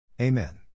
Amen